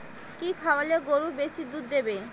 কি খাওয়ালে গরু বেশি দুধ দেবে?